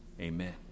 amen